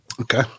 okay